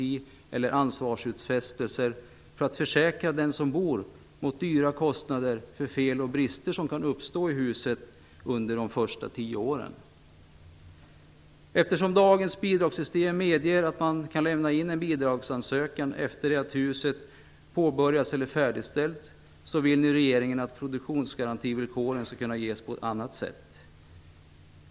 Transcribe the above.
Inte heller har det funnits några ansvarsutfästelser för att försäkra den boende mot dyra kostnader för fel och brister som kan uppstå i huset under de första tio åren. Eftersom dagens bidragssystem medger att bidragsansökan kan lämnas in efter det att huset påbörjats eller färdigställts, vill regeringen att produktionsgarantivillkoren skall kunna ges på ett annat sätt.